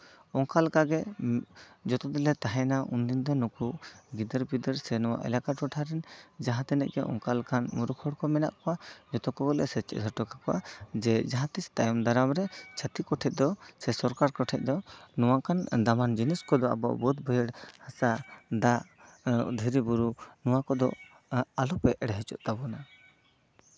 ᱚᱱᱠᱟ ᱞᱮᱠᱟᱜᱮ ᱡᱚᱛᱚ ᱫᱤᱱᱞᱮ ᱛᱟᱦᱮᱱᱟ ᱩᱱᱫᱤᱱ ᱫᱚ ᱱᱩᱠᱩ ᱜᱤᱫᱟᱹᱨ ᱯᱤᱫᱟᱹᱨ ᱥᱮ ᱱᱚᱣᱟ ᱮᱞᱟᱠᱟ ᱴᱚᱴᱷᱟ ᱨᱮᱱ ᱡᱟᱦᱟᱸ ᱛᱤᱱᱟᱹᱜ ᱜᱮ ᱚᱱᱠᱟ ᱞᱮᱠᱟᱱ ᱢᱩᱨᱩᱠ ᱦᱚᱲᱠᱚ ᱢᱮᱱᱟᱜ ᱠᱚᱣᱟ ᱡᱚᱛᱚ ᱠᱚᱜᱮᱞᱮ ᱥᱮᱪᱮᱫ ᱦᱚᱴᱚ ᱠᱟᱠᱚᱣᱟ ᱡᱮ ᱡᱟᱦᱟᱸ ᱛᱤᱥ ᱛᱟᱭᱚᱢ ᱫᱟᱨᱟᱢᱨᱮ ᱪᱷᱟᱛᱤᱠ ᱠᱚᱴᱷᱮᱡ ᱫᱚ ᱥᱮ ᱥᱚᱨᱠᱟᱨ ᱠᱚᱴᱷᱮᱡ ᱫᱚ ᱱᱚᱝᱠᱟᱱ ᱫᱟᱢᱟᱱ ᱡᱤᱱᱤᱥ ᱠᱚᱫᱚ ᱵᱟᱹᱫ ᱵᱟᱹᱭᱦᱟᱹᱲ ᱦᱟᱥᱟ ᱫᱟᱜ ᱫᱷᱤᱨᱤ ᱵᱩᱨᱩ ᱱᱚᱣᱟ ᱠᱚᱫᱚ ᱟᱞᱚᱯᱮ ᱮᱲᱮ ᱦᱚᱪᱚᱜ ᱛᱟᱵᱚᱱᱟ